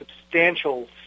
substantial